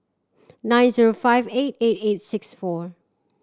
nine zero five eight eight eight six four